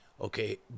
okay